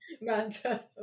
Manta